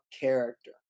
character